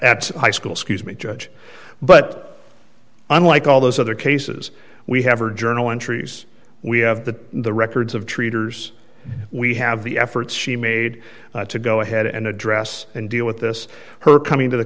at high school scuse me judge but unlike all those other cases we have her journal entries we have the the records of treaters we have the efforts she made to go ahead and address and deal with this her coming to the